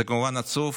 זה כמובן עצוב,